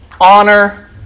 honor